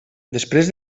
després